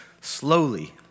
slowly